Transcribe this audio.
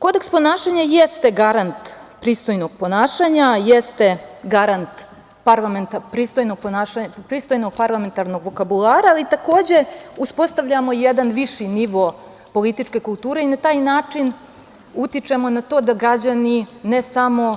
Kodeks ponašanja jeste garant pristojnog ponašanja, jeste garant pristojnog parlamentarnog vokabulara, ali takođe uspostavljamo jedan viši nivo političke kulture i na taj način utičemo na to da građani ne samo